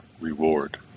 reward